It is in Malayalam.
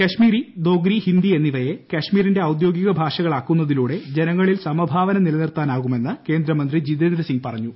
കശ്മീരി ദോഗ്രി ഹിന്ദി എന്നിവയെ കശ്മിരിന്റെ ഔദ്യോഗിക ഭാഷകളാക്കുന്നതിലൂടെ ജനങ്ങളിൽ സമഭാവന നിലനിർത്താനാകുമെന്ന് കേന്ദ്രമന്ത്രി ജിതേന്ദ്ര സിംഗ് പറഞ്ഞു